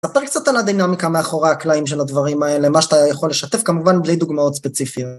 ספר קצת על הדינמיקה מאחורי הקלעים של הדברים האלה, מה שאתה יכול לשתף, כמובן בלי דוגמאות ספציפיות.